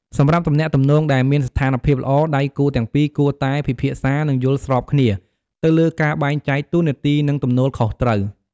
សម្រាប់ទំនាក់ទំនងដែលមានស្ថានភាពល្អ ដៃគូទាំងពីរគួរតែ ពិភាក្សា និងយល់ស្របគ្នា ទៅលើការបែងចែកតួនាទី និងទំនួលខុសត្រូវ។